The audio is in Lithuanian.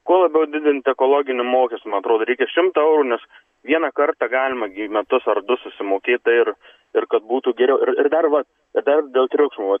kuo labiau didint ekologinį mokestį man atrodo reikia šimto eurų nes vieną kartą galima gi į metus ar du susimokėti ir ir kad būtų geriau ir ir dar va dar dėl triukšmo vat